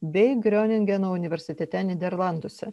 bei groningeno universitete nyderlanduose